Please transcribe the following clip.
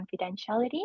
confidentiality